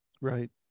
right